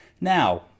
now